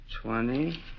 Twenty